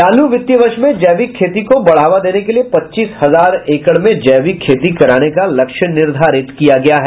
चालू वित्तीय वर्ष में जैविक खेती को बढ़ावा देने के लिये पच्चीस हजार एकड़ में जैविक खेती कराने का लक्ष्य निर्धारित किया गया है